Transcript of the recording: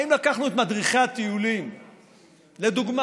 האם לקחנו את מדריכי הטיולים, לדוגמה,